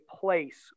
place